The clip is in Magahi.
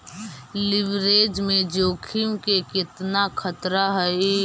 लिवरेज में जोखिम के केतना खतरा हइ?